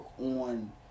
on